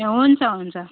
ए हुन्छ हुन्छ